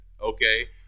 okay